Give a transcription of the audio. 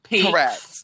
correct